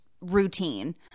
routine